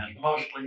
mostly